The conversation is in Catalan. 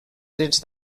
drets